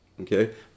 Okay